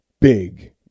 big